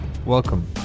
Welcome